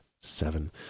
seven